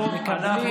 אתם מקבלים,